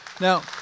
Now